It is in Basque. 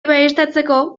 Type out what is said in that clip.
baieztatzeko